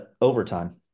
overtime